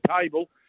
table